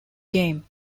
game